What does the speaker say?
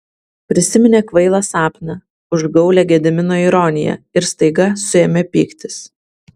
prisiminė kvailą sapną užgaulią gedimino ironiją ir staiga suėmė pyktis